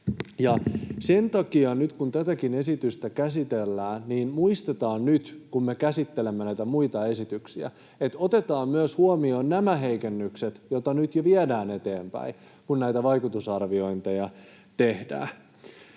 Sen takia nyt kun tätäkin esitystä käsitellään, muistetaan, kun me käsittelemme näitä muita esityksiä, että otetaan huomioon myös nämä heikennykset, joita nyt jo viedään eteenpäin, kun näitä vaikutusarviointeja tehdään.